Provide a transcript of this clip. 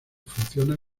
funciona